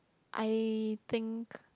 I think